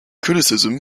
criticism